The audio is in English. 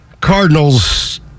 Cardinals